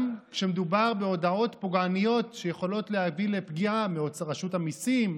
גם כשמדובר בהודעות פוגעניות שיכולות להביא לפגיעה מרשות המיסים,